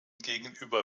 gegenüber